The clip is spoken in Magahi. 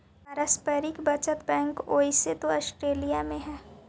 पारस्परिक बचत बैंक ओइसे तो ऑस्ट्रेलिया में हइ